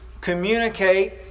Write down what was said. communicate